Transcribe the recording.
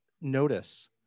notice